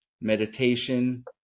meditation